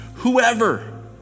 Whoever